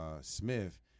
Smith